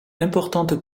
importante